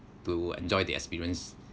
to enjoy the experience